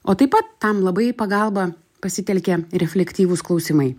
o taip pat tam labai į pagalbą pasitelkia reflektyvūs klausimai